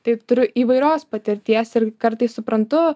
taip turiu įvairios patirties ir kartais suprantu